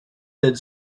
that